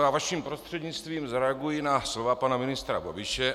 Já vaším prostřednictvím zareaguji na slova pana ministra Babiše.